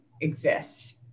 exists